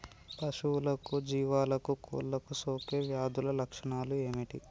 పశువులకు జీవాలకు కోళ్ళకు సోకే వ్యాధుల లక్షణాలు ఏమిటి?